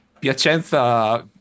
Piacenza